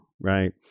right